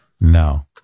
no